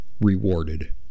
rewarded